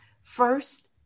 First